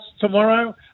tomorrow